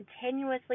continuously